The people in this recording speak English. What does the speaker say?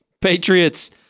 Patriots